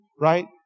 right